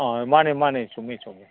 ꯑꯥ ꯃꯥꯅꯤ ꯃꯥꯅꯤ ꯆꯨꯝꯃꯤ ꯆꯨꯝꯃꯤ